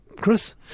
Chris